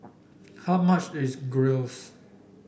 how much is Gyros